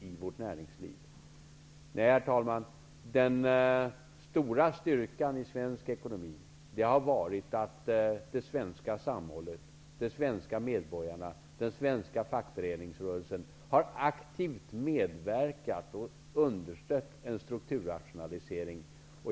Herr talman! Den stora styrkan i svensk ekonomi har varit att det svenska samhället, medborgarna och fackföreningsrörelsen har aktivt medverkat i och understött en strukturrationalisering.